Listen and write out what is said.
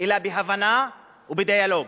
אלא בהבנה ובדיאלוג.